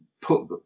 put